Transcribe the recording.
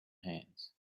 hands